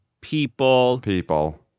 people—people